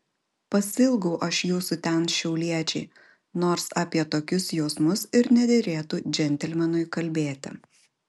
pasiilgau aš jūsų ten šiauliečių nors apie tokius jausmus ir nederėtų džentelmenui kalbėti